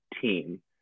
team